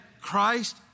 Christ